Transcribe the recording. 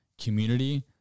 community